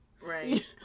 Right